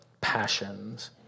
passions